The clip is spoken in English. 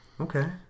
Okay